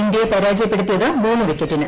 ഇന്ത്യയെ പരാജയപ്പെടുത്തിയത് മൂന്ന് വിക്കറ്റിന്